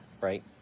right